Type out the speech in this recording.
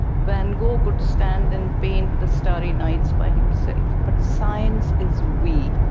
van gogh would stand and paint the starry nights by himself, but science is we.